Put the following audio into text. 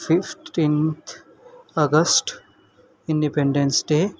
fifteenth August Independence day